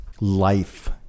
life